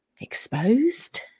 exposed